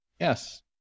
Yes